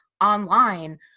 online